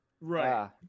Right